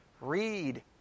Read